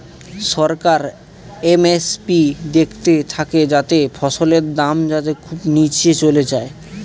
সরকার MSP দেখতে থাকে যাতে ফসলের দাম যাতে খুব নীচে চলে যায়